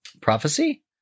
prophecy